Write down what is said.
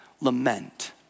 lament